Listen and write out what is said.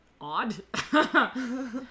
odd